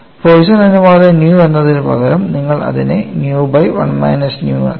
Poisson അനുപാതം nu എന്നതിനുപകരം നിങ്ങൾ അതിനെ ന്യൂ ബൈ 1 മൈനസ് ന്യൂ ആക്കി